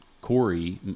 Corey